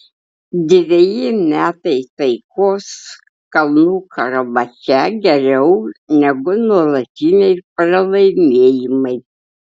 dveji metai taikos kalnų karabache geriau negu nuolatiniai pralaimėjimai